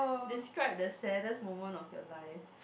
describe the saddest moment of your life